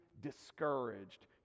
discouraged